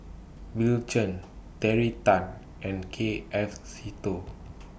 Bill Chen Terry Tan and K F Seetoh